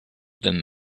than